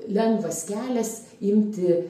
lengvas kelias imti